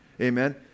Amen